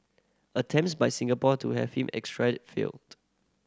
attempts by Singapore to have him extra failed